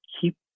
keep